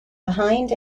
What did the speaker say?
behind